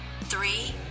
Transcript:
three